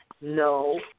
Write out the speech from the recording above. no